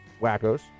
wackos